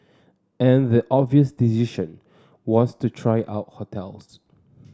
and the obvious decision was to try out hotels